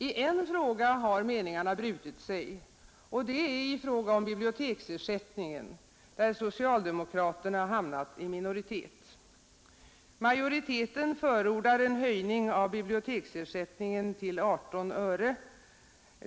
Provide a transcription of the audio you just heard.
I en fråga har meningarna brutit sig, nämligen beträffande biblioteksersättningen, där socialdemokraterna är i minoritet. Majoriteten förordar en höjning av biblioteksersättningen till 18 öre.